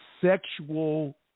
sexual